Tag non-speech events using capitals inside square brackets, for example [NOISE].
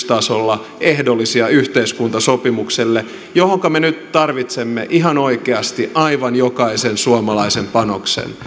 [UNINTELLIGIBLE] tasolla ehdollisena yhteiskuntasopimukselle johonka me nyt tarvitsemme ihan oikeasti aivan jokaisen suomalaisen panoksen